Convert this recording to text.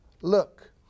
Look